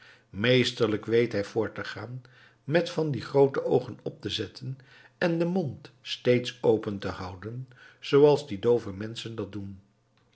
meesterlijk weet hij voort te gaan met van die groote oogen op te zetten en den mond steeds open te houden zooals alle doove menschen dat doen